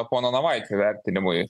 pono navaiti vertinimui